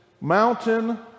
mountain